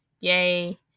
Yay